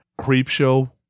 Creepshow